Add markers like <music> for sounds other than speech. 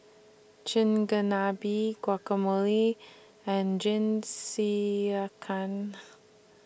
Chigenabe Guacamole and <unintelligible>